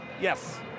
Yes